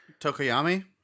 Tokoyami